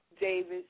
Davis